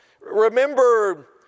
Remember